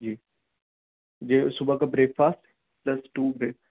جی جی صبح کا breakfast just to back